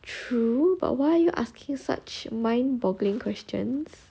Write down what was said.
true but why are you asking such mind boggling questions